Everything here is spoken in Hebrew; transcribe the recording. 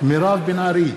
מירב בן ארי,